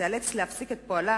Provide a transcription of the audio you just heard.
תיאלץ להפסיק את פועלה